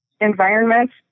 environments